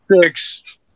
Six